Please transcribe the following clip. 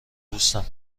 دوستم